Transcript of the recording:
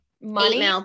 money